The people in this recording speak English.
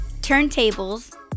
turntables